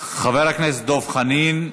חבר הכנסת דב חנין.